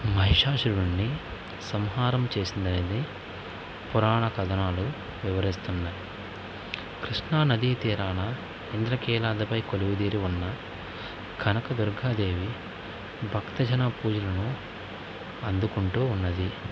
మహిషాసురుణ్ణి సంహారం చేసింది అనేది పురాణ కథనాలు వివరిస్తున్నాయి కృష్ణా నదీ తీరాన ఇంధ్రకీలాద్రిపై కొలువుతీరి వున్న కనకదుర్గా దేవి భక్తజన పూజలను అందుకుంటూ ఉన్నది